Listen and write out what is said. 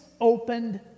opened